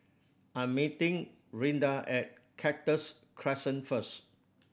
I'm meeting Rinda at Cactus Crescent first